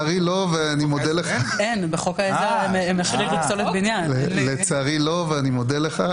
אני מודה לך, אבל לצערי אתם לא יכולים.